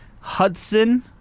Hudson